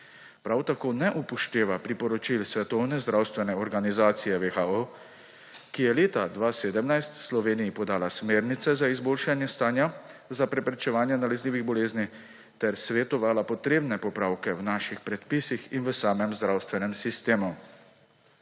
Prav tako ne upošteva priporočil Svetovne zdravstvene organizacijo WHO, ki je leta 2017 Sloveniji podala smernice za izboljšanje stanja za preprečevanje nalezljivih boleznih ter svetovala potrebne popravke v naših predpisih in v samem zdravstvenem sistemu.